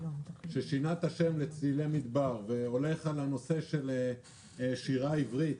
ששינה את השם ל"צלילי מדבר" והולך על הנושא של שירה עברית,